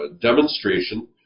demonstration